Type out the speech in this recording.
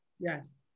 Yes